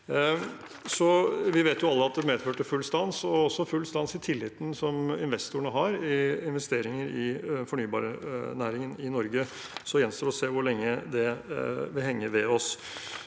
Vi vet jo alle at det medførte full stans, og også full stans i tilliten investorene har i investeringer i fornybarnæringen i Norge. Det gjenstår å se hvor lenge det vil henge ved oss.